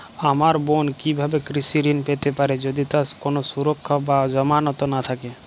আমার বোন কীভাবে কৃষি ঋণ পেতে পারে যদি তার কোনো সুরক্ষা বা জামানত না থাকে?